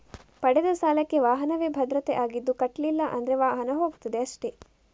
ಪಡೆದ ಸಾಲಕ್ಕೆ ವಾಹನವೇ ಭದ್ರತೆ ಆಗಿದ್ದು ಕಟ್ಲಿಲ್ಲ ಅಂದ್ರೆ ವಾಹನ ಹೋಗ್ತದೆ ಅಷ್ಟೇ